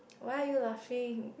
why are you laughing